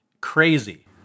crazy